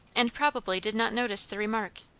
and probably did not notice the remark.